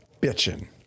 bitching